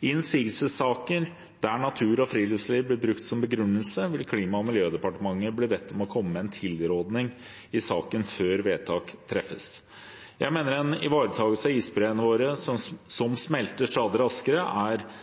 I innsigelsessaker der natur og friluftsliv blir brukt som begrunnelse, vil Klima- og miljødepartementet bli bedt om å komme med en tilråding i saken før vedtak treffes. Jeg mener en ivaretagelse av isbreene våre, som smelter stadig raskere, er